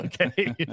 okay